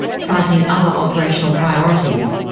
citing other operational priorities.